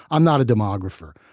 i'm not a demographer.